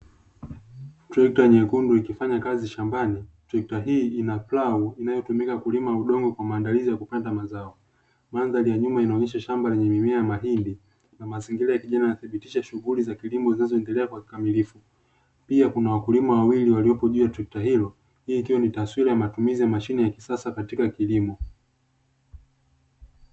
Trekta nyekundu ikifanya kazi shambani , trekta hii ina plau inaotumika kulima udongo kwa maandalizi ya kupanda mazao, mandhari ya nyuma inaonesha shamba lenye mimea ya mahindi na mazingira ya kijani yanathibitisha shughuli za kilimo zinazoendelea kwa kikamilifu, pia kuna wakulima wawili waliopo juu ya trekta hilo, hiyo ikiwa ni taswira ya matumizi ya mashine ya kisasa katika kilimo.